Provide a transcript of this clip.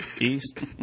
East